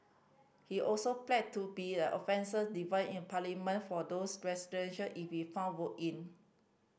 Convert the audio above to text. he also pledged to be an offence device in Parliament for those residential if he found voted in